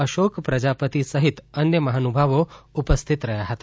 અશોક પ્રજાપતિએ સહિત અન્ય મહાનુભાવો ઉપસ્થિત રહ્યા હતાં